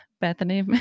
Bethany